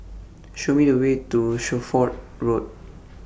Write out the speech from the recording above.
Show Me The Way to Shelford Road